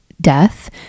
death